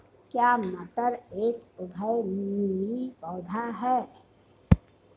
क्या मटर एक उभयलिंगी पौधा है?